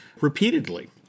repeatedly